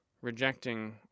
rejecting